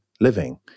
living